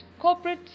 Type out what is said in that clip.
corporates